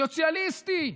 סוציאליסטי,